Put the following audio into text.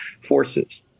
forces